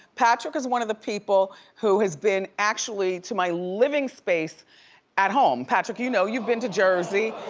patrick is one of the people who has been actually to my living space at home. patrick, you know, you've been to jersey,